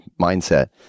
mindset